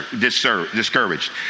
discouraged